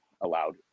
allowed